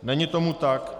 Není tomu tak.